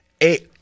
eight